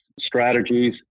strategies